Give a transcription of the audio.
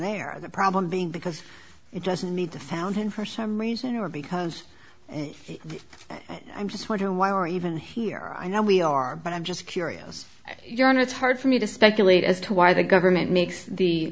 there the problem being because it doesn't need to found him for some reason or because i'm just wondering why or even here i know we are but i'm just curious ya know it's hard for me to speculate as to why the government makes the